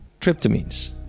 tryptamines